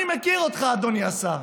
אני מכיר אותך, אדוני השר.